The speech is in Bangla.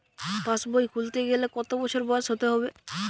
পাশবই খুলতে গেলে কত বছর বয়স হতে হবে?